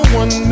one